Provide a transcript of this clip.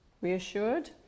Reassured